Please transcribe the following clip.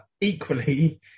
equally